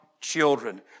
children